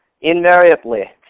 Invariably